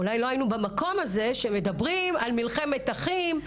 אולי לא היינו במקום הזה שמדברים על מלחמת אחים.